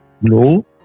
no